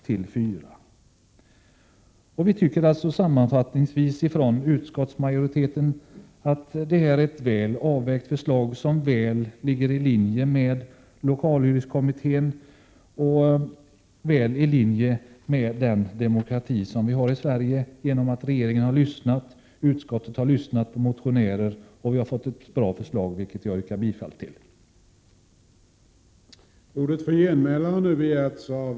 Sammanfattningsvis tycker vi från utskottsmajoriteten att detta är ett väl avvägt förslag som ligger i linje med lokalhyresgästkommitténs förslag och med den demokrati vi har i Sverige, genom att regeringen har lyssnat, utskottet har lyssnat på motionärer och vi har fått ett bra förslag. Jag yrkar bifall till utskottets hemställan.